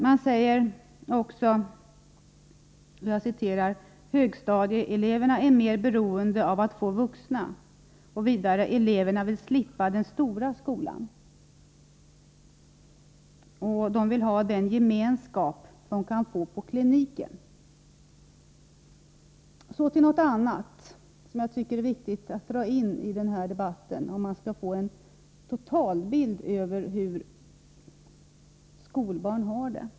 Det sägs också: ”Högstadieeleverna är mer beroende av få vuxna.” Vidare heter det: ”Eleverna vill slippa den stora skolan”. De vill ha den gemenskap de kan få på kliniken. Så till något annat som jag tycker är viktigt att dra in i denna debatt för att få en totalbild av hur skolbarn har det.